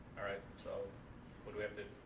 all right so what do we have to,